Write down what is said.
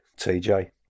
TJ